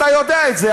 אתה יודע את זה.